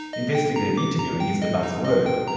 investigative interviewing is the buzzword.